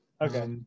Okay